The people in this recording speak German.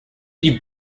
die